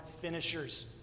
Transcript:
finishers